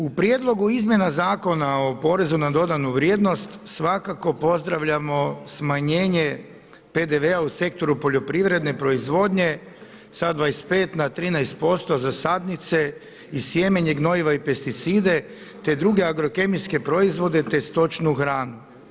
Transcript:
U prijedlogu izmjena Zakona o porezu na dodanu vrijednost svakako pozdravljamo smanjenje PDV-a u sektoru poljoprivredne proizvodnje sa 25 na 13% za sadnice i sjemenje, gnojiva i pesticide, te druge agrokemijske proizvode, te stočnu hranu.